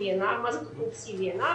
מה זו תכנית CVNR?